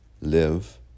live